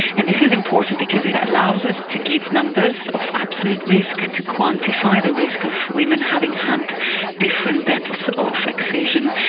and this is important because it allows us to give numbers of absolute risk, to quantify the risk of women having had different depths of excision,